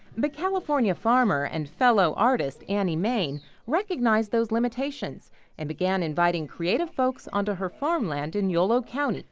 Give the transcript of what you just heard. but california farmer and. fellow artist. annie main recognized those limitations and began inviting creative folks onto her farmland in yolo county.